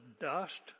dust